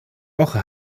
woche